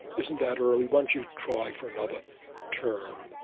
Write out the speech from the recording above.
isn't that early? why don't you try for another term?